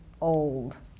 old